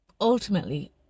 ultimately